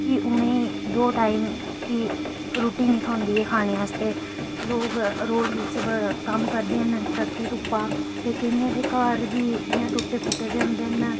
की उनेंगी दौ टाईम दी रुट्टी निं थ्होंदी ऐ खानै आस्तै लोग रोड़ बिच कम्म करदे न कड़कदी धुप्पा ते केइयें दे घर बी इंया टुटे फुटे दे होंदे न